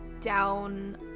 down